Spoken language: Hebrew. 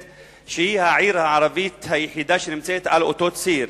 העיר הערבית היחידה שנמצאת על אותו ציר.